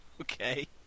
okay